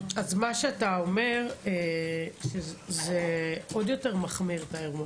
אז מה שאתה אומר הוא עוד יותר מחמיר את האירוע,